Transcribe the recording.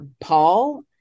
Paul